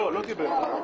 לא דיבר על זה.